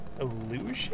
illusion